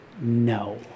no